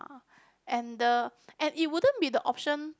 and the and it wouldn't be the option